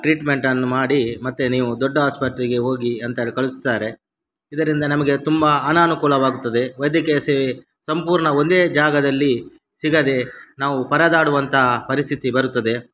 ಟ್ರೀಟ್ಮೆಂಟನ್ನು ಮಾಡಿ ಮತ್ತೆ ನೀವು ದೊಡ್ಡ ಆಸ್ಪತ್ರೆಗೆ ಹೋಗಿ ಅಂತೆಲ್ಲ ಕಳಿಸ್ತಾರೆ ಇದರಿಂದ ನಮಗೆ ತುಂಬ ಅನನುಕೂಲವಾಗುತ್ತದೆ ವೈದ್ಯಕೀಯ ಸೇವೆ ಸಂಪೂರ್ಣ ಒಂದೇ ಜಾಗದಲ್ಲಿ ಸಿಗದೇ ನಾವು ಪರದಾಡುವಂತಹ ಪರಿಸ್ಥಿತಿ ಬರುತ್ತದೆ